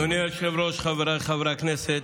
אדוני היושב-ראש, חבריי חברי הכנסת,